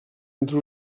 entre